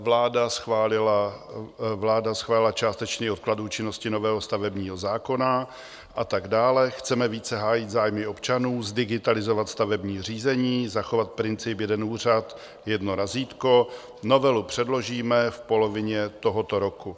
Vláda schválila částečný odklad účinnosti nového stavebního zákona a tak dále, chceme více hájit zájmy občanů, zdigitalizovat stavební řízení, zachovat princip jeden úřad, jedno razítko, novelu předložíme v polovině tohoto roku.